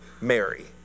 Mary